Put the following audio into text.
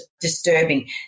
disturbing